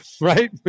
right